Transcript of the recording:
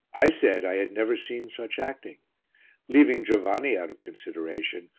i said i had never seen such acting leaving giovanni out of consideration,